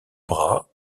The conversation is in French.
bras